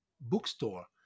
bookstore